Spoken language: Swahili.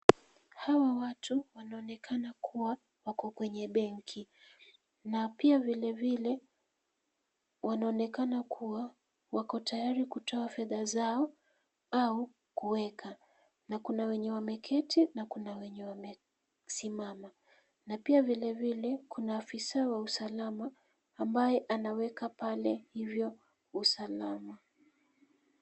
Hawa watu wanaonekana kuwa wako kwenye benki Na pia vilevile, wanaonekana kuwa wako tayari kutoa fedha zao au kuweka na kuna wenye wameketi na kuna wenye wamesimama, na pia vilevile ,kuna afisa wa usalama ambaye anaweka pale hivyo usalama.